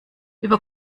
über